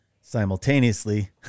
Simultaneously